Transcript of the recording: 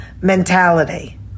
mentality